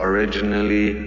Originally